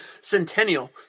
Centennial